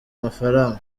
amafaranga